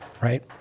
right